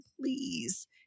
please